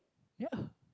ya